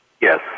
Yes